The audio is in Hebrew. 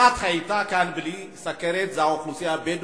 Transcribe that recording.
אחת חייתה כאן בלי סוכרת, זו האוכלוסייה הבדואית,